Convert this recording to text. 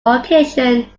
occasion